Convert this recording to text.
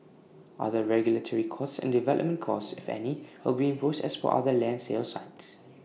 other regulatory costs and development costs if any will be imposed as per other land sales sites